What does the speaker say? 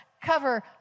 cover